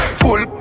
full